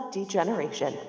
Degeneration